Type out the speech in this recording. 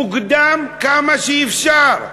מוקדם ככל האפשר.